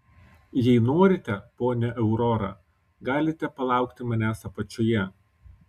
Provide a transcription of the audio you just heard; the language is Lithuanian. jei norite ponia aurora galite palaukti manęs apačioje